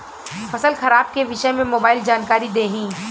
फसल खराब के विषय में मोबाइल जानकारी देही